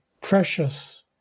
precious